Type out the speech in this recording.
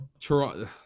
Toronto